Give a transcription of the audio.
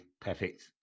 perfect